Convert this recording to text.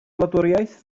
wladwriaeth